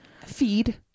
feed